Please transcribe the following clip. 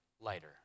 lighter